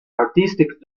artistic